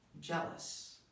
jealous